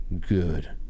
Good